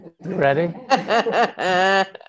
Ready